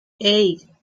hey